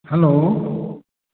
hello